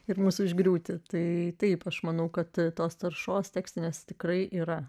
ir mus užgriūti tai taip aš manau kad tos taršos tekstinės tikrai yra